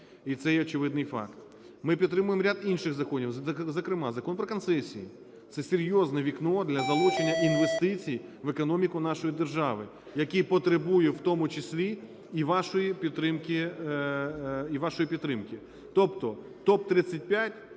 і це є очевидний факт. Ми підтримуємо ряд інших законів, зокрема Закон про концесії – це серйозне вікно для залучення інвестицій в економіку нашої держави, який потребує в тому числі і вашої підтримки. Тобто, топ-35,